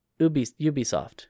Ubisoft